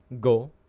Go